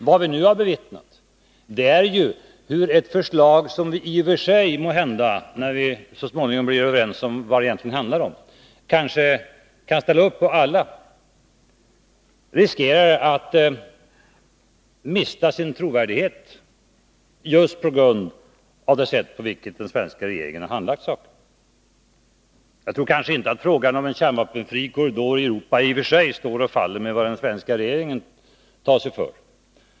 Vad vi nu har bevittnat är ju hur ett förslag, som vi måhända i och för sig, när vi så småningom blir överens om vad det egentligen handlar om, alla kan ställa upp för, riskerar att mista sin trovärdighet just på grund av det sätt på vilket den svenska regeringen har handlagt saken. Jag tror kanske inte att frågan om en kärnvapenfri korridor i Europa i och för sig står och faller med vad den svenska regeringen tar sig för.